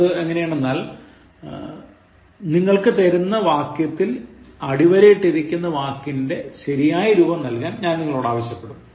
അത് എങ്ങനെയെന്നാൽ നിങ്ങൾക്ക് തരുന്ന വാക്യത്തിൽ അടിവര ഇട്ടിരിക്കുന്ന വാക്കിന്റെ ശരിയായ രൂപം നൽകാൻ ഞാൻ നിങ്ങളോട് ആവശ്യപ്പെടും